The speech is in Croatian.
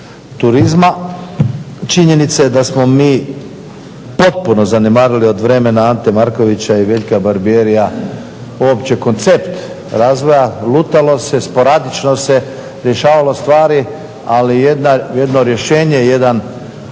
turizma. Činjenica je da smo mi potpuno zanemarili od vremena Ante Markovića i Veljka Barbierija opće koncept razvoja. Lutalo se, sporadično se rješavalo stvari. Ali jedno rješenje, jedan